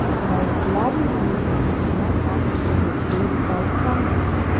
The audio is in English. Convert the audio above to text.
and i would gladly believe that you did not act in this way without some reason.